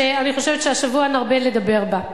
שאני חושבת שהשבוע נרבה לדבר בה.